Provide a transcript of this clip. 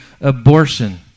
abortion